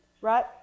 Right